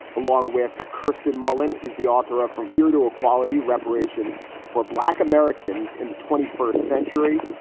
along with kirsten mullin is the author of from here to equality reparations for black americans in the twenty first century.